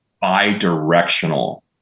bi-directional